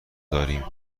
داریم